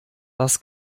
was